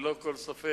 ללא כל ספק